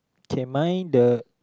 can mind the